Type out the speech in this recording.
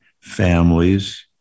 families